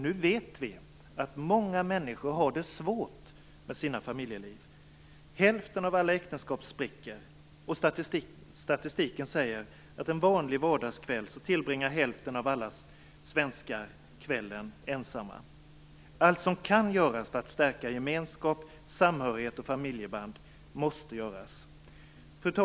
Nu vet vi att många människor har det svårt med sina familjeliv. Hälften av alla äktenskap spricker. Statistiken säger att hälften av alla svenskar tillbringar en vanlig vardagskväll ensamma. Allt som kan göras för att stärka gemenskap, samhörighet och familjeband måste göras.